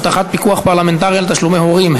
הבטחת פיקוח פרלמנטרי על תשלומי הורים),